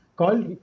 called